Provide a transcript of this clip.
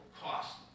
cost